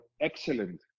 excellent